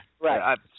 right